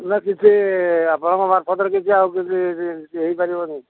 ନା କିଛି ଆପଣଙ୍କ ମାର୍ଫତ୍ରେ କିଛି ଆଉ କିଛି ହେଇପାରିବନି